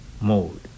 mode